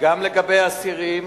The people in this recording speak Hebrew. גם לגבי אסירים.